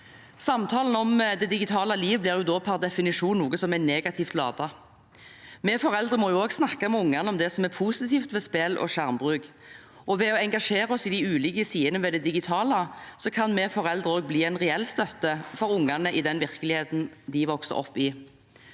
Samtalen om det digitale liv blir da per definisjon noe som er negativt ladet. Vi foreldre må også snakke med ungene om det som er positivt ved spill og skjermbruk. Ved å engasjere oss i de ulike sidene ved det digitale kan vi foreldre også bli en reell støtte for ungene i den virkeligheten de vokser opp i.